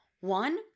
One